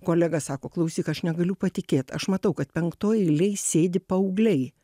kolega sako klausyk aš negaliu patikėt aš matau kad penktoj eilėj sėdi paaugliai